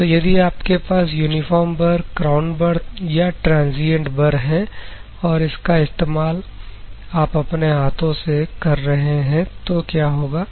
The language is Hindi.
तो यदि आपके पास यूनिफॉर्म बर क्राउन बर या ट्रांजियंट बर है और इसका इस्तेमाल आप अपने हाथों से कर रहे हैं तो क्या होगा